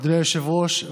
אדוני היושב-ראש,